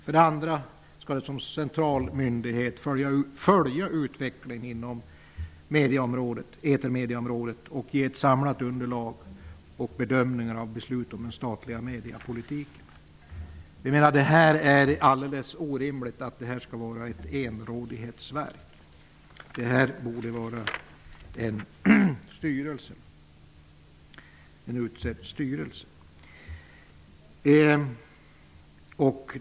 Verket skall också som central myndighet följa utvecklingen på etermediaområdet, ge ett samlat underlag för och bedömningar av beslut om den statliga mediapolitiken. Vi menar att det är alldeles orimligt att det skall vara ett enrådighetsverk. Det borde vara en utsedd styrelse.